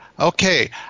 Okay